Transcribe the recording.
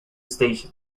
station